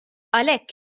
għalhekk